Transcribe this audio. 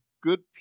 good